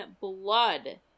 blood